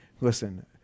listen